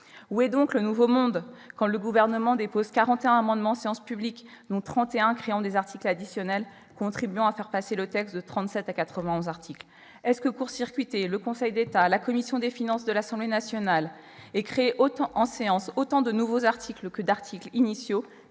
Où est donc le nouveau monde quand le Gouvernement dépose 41 amendements en séance publique, dont 31 visent à créer des articles additionnels, ce qui a contribué à faire passer le texte de 37 articles à 91 articles ? Court-circuiter le Conseil d'État et la commission des finances de l'Assemblée nationale et créer en séance autant de nouveaux articles que d'articles initiaux,